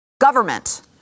government